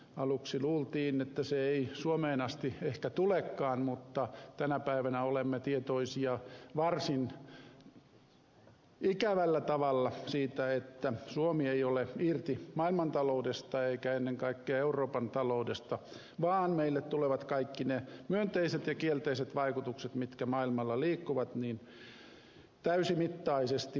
aluksi luultiin että se ei suomeen asti ehkä tulekaan mutta tänä päivänä olemme tietoisia varsin ikävällä tavalla siitä että suomi ei ole irti maailmantaloudesta eikä ennen kaikkea euroopan taloudesta vaan meille tulevat kaikki ne myönteiset ja kielteiset vaikutukset mitkä maailmalla liikkuvat myös täysimittaisesti